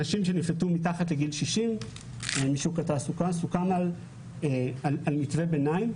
זה לנשים שנפלטו משוק התעסוקה מתחת לגיל 60. סוכם על מתווה ביניים